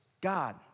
God